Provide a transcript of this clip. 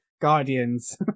guardians